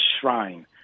shrine